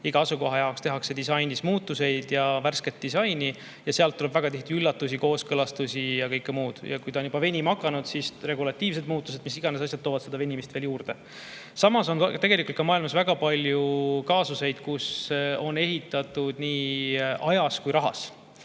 iga asukoha jaoks tehakse disainis muutusi ja värsket disaini. Sealt tuleb väga tihti üllatusi, kooskõlastusi ja kõike muud. Kui ta on juba venima hakanud, siis regulatiivsed muutused, mis iganes asjad toovad seda venimist veel juurde. Samas on tegelikult ka maailmas väga palju kaasuseid, kus on ehitatud nii ajas kui ka rahas.